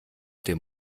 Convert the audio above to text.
dem